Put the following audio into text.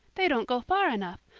they don't go far enough.